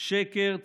שקר,